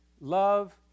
love